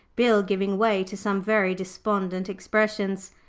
bill giving way to some very despondent expressions.